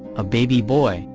a baby boy,